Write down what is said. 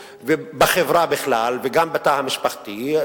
בחברה בכלל וגם בתא המשפחתי,